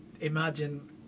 Imagine